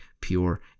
pure